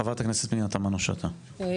חברת הכנסת פנינה תמנו-שטה, בבקשה.